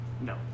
No